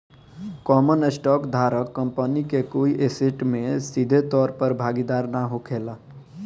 common stock धारक company के कोई ऐसेट में सीधे तौर पर भागीदार ना होखेला